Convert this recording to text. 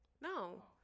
No